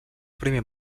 primer